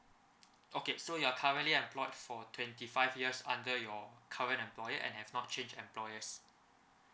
okay so you're currently employed for twenty five years under your current employer and have not changed employers